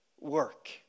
work